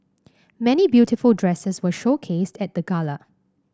many beautiful dresses were showcased at the gala